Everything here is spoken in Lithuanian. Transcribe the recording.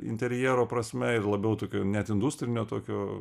interjero prasme ir labiau tokio net industrinio tokio